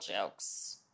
jokes